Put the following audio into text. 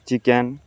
chicken